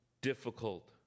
difficult